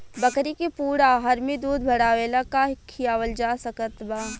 बकरी के पूर्ण आहार में दूध बढ़ावेला का खिआवल जा सकत बा?